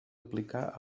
aplicar